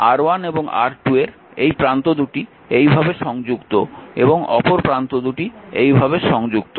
R1 এবং R2 এর এই প্রান্তদুটি এইভাবে সংযুক্ত এবং অপর প্রান্তদুটি এইভাবে সংযুক্ত